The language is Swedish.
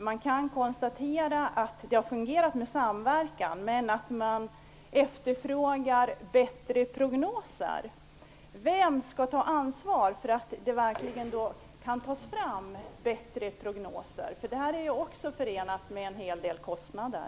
Man kan konstatera att det har fungerat med samverkan, men det efterfrågas bättre prognoser. Vem skall ta ansvar för att det kan tas fram bättre prognoser? Detta är ju också förenat med en hel del kostnader.